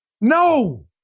No